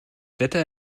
wetter